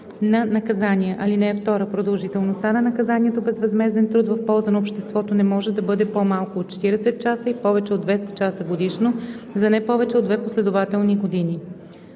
на наказания. (2) Продължителността на наказанието безвъзмезден труд в полза на обществото не може да бъде по-малко от 40 часа и повече от 200 часа годишно за не повече от две последователни години.“